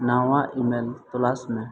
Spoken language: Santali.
ᱱᱟᱣᱟ ᱤᱼᱢᱮᱞ ᱛᱚᱞᱟᱥᱢᱮ